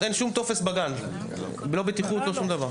אין שום טופס בגן, לא בטיחות, לא שום דבר.